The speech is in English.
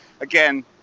Again